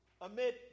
amid